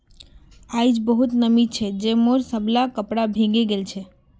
आइज बहुते नमी छै जे मोर सबला कपड़ा भींगे गेल छ